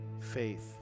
Faith